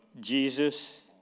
Jesus